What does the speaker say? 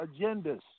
agendas